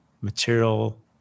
material